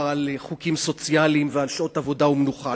על חוקים סוציאליים ועל שעות עבודה ומנוחה.